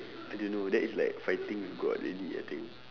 I don't know that is like fighting god already I think